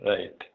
Right